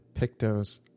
Pictos